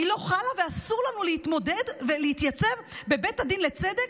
היא לא חלה ואסור לנו להתמודד ולהתייצב בבית הדין לצדק,